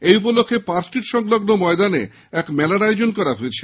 এই উপলক্ষে পার্কস্ট্রীট সংলগ্ন ময়দানে এক মেলার আয়োজন করা হয়েছে